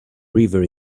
river